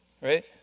Right